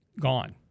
Gone